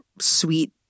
sweet